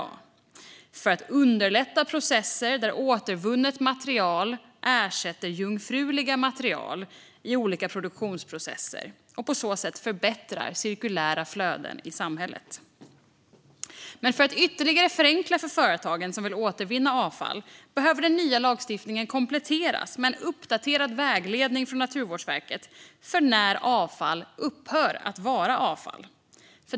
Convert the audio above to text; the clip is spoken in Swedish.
Det syftar till att underlätta processer där återvunnet material ersätter jungfruliga material i olika produktionsprocesser och på så sätt förbättrar cirkulära flöden i samhället. Men för att ytterligare förenkla för företagen som vill återvinna avfall behöver den nya lagstiftningen kompletteras med en uppdaterad vägledning från Naturvårdsverket för när avfall upphör att vara avfall.